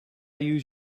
use